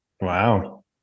Wow